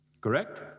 Correct